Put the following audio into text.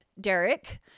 Derek